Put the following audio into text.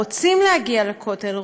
רוצים להגיע לכותל,